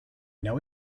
know